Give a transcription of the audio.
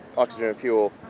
oxygen and fuel